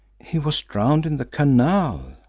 he was drowned in the canal,